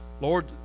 Lord